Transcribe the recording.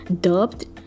dubbed